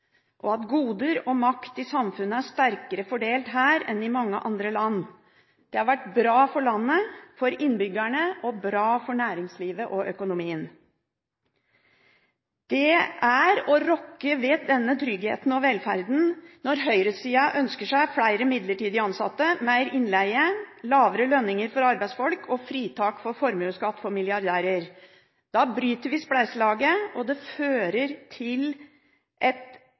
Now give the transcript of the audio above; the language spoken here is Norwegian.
og at goder og makt i samfunnet er sterkere fordelt her enn i mange andre land. Det har vært bra for landet – for innbyggerne – og bra for næringslivet og økonomien. Det er å rokke ved denne tryggheten og velferden når høyresiden ønsker seg flere midlertidig ansatte, mer innleie, lavere lønninger for arbeidsfolk og fritak for formuesskatt for milliardærer. Da bryter vi spleiselaget, og det fører til